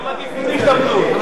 אתם מטיפים להשתמטות.